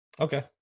Okay